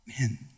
man